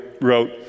wrote